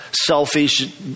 selfish